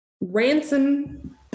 ransom